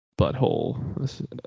butthole